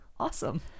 Awesome